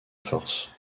force